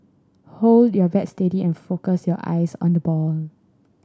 hold your bat steady and focus your eyes on the ball